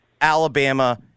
Alabama